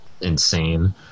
insane